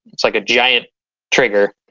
it's like a giant trigger,